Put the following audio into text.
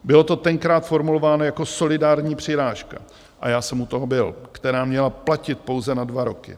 Bylo to tenkrát formulováno jako solidární přirážka, a já jsem u toho byl, která měla platit pouze na dva roky.